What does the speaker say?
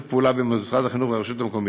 פעולה בין משרד החינוך לרשות המקומית.